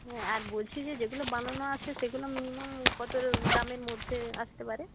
হ্যাঁ আর বলছি যে যেগুলো বানানো আছে সেগুলো মিনিমাম কত দামের মধ্যে আসতে পারে